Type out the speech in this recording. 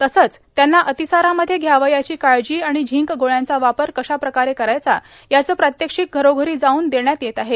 तसंच त्यांना अतिसारामध्ये घ्यावयाची काळजी आणि झिंक गोळ्यांचा वापर कशा प्रकारे करायचा याचं प्रात्यक्षिक घरोघरी जाऊन देण्यात येत आहे